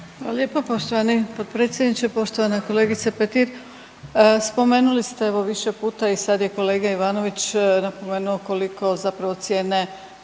lijepo. Poštovani potpredsjedniče, poštovana kolegice Petir. Spomenuli ste evo više puta i sad je kolega Ivanović napomenuo koliko zapravo cijene